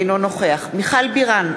אינו נוכח מיכל בירן,